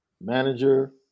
manager